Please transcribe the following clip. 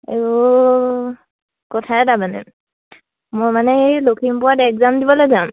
মই মানে হে লখিমপুৰত এগজাম দিবলে যাম